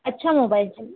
अच्छा मोबाइल चाहिए